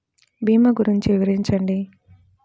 భీమా గురించి వివరించండి?